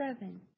seven